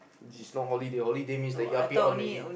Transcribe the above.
is not holiday holiday means the yuppie on already